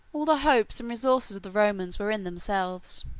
all the hopes and resources of the romans were in themselves.